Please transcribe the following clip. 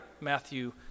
Matthew